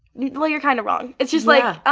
well, you're kind of wrong. it's just like,